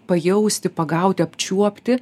pajausti pagauti apčiuopti